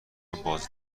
باز